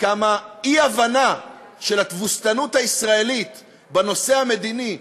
וכמה אי-הבנה של התבוסתנות הישראלית בנושא המדיני,